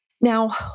Now